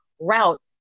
route